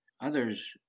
Others